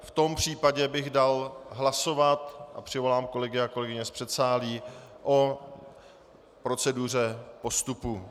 V tom případě bych dal hlasovat přivolám kolegyně a kolegy z předsálí o proceduře postupu.